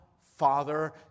Father